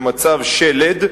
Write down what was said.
במצב שלד,